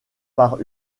par